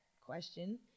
question